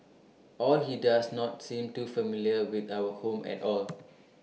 or he does not seem too familiar with our home at all